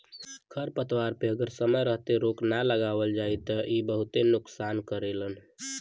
खरपतवार पे अगर समय रहते रोक ना लगावल जाई त इ बहुते नुकसान करेलन